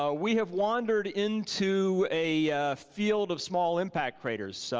ah we have wandered into a field of small impact craters, so